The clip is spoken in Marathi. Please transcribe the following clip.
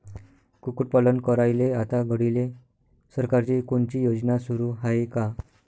कुक्कुटपालन करायले आता घडीले सरकारची कोनची योजना सुरू हाये का?